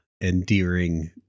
endearing